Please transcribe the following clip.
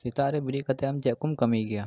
ᱥᱮᱛᱟᱜ ᱨᱮ ᱵᱮᱨᱮᱫ ᱠᱟᱛᱮᱫ ᱟᱢ ᱪᱮᱫ ᱠᱚᱢ ᱠᱟᱹᱢᱤ ᱜᱮᱭᱟ